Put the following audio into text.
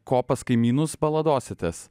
ko pas kaimynus baladositės